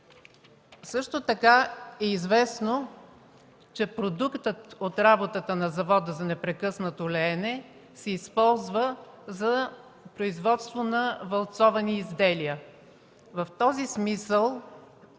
Също така е известно, че продуктът от работата на Завода за непрекъснато леене на стомана се използва за производство на валцовани изделия. В този смисъл